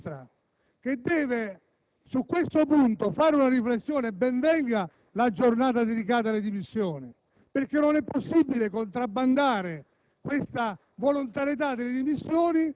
di problema interno al centro-sinistra, che deve su di esso fare una riflessione. Ben venga la giornata dedicata alle dimissioni, perché non è possibile contrabbandare